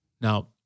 Now